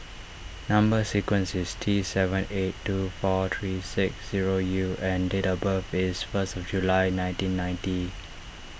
Number Sequence is T seven eight two four three six zero U and date of birth is first of July nineteen ninety